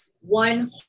one